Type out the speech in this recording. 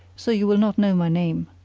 so you will not know my name.